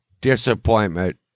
disappointment